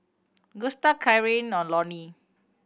Gusta Lonie